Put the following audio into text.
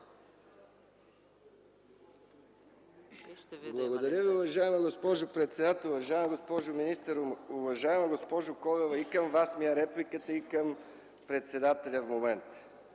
Благодаря Ви, уважаема госпожо председател. Уважаема госпожо министър, уважаема госпожо Колева, репликата ми е и към Вас, и към председателя в момента.